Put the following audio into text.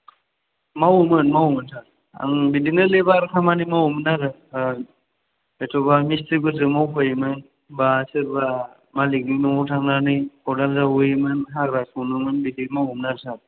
मावोमोन मावोमोन सार आं बिदिनो लेबार खामानि मावोमोन आरो एथबां मिस्थ्रि फोरजों मावफायोमोन बा सोरबा मालिकनि न'आव थांनानै खदाल जावहैयोमोन हाग्रा सनोमोन बिदि मावोमोन आरो सार